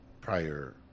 prior